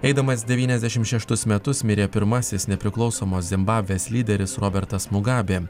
eidamas devyniasdešimt šeštus metus mirė pirmasis nepriklausomos zimbabvės lyderis robertas mugabė